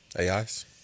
AIs